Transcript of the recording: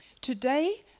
Today